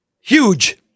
Huge